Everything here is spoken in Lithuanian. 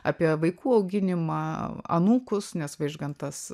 apie vaikų auginimą anūkus nes vaižgantas